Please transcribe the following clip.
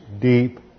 deep